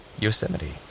Yosemite